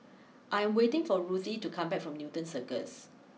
I'm waiting for Ruthie to come back from Newton Cirus